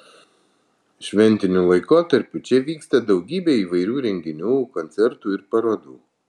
šventiniu laikotarpiu čia vyksta daugybė įvairių renginių koncertų ir parodų